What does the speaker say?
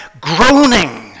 groaning